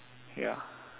ya